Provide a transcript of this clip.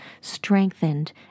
strengthened